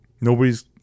Nobody's